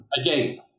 again